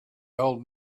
old